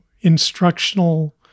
instructional